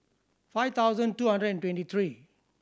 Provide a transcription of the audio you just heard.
five thousand two hundred and twenty three